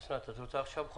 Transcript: אוסנת, את רוצה לדבר עכשיו?